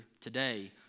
today